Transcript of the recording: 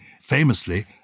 famously